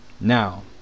Now